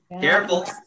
careful